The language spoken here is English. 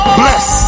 bless